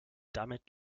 damit